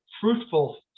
fruitful